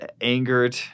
angered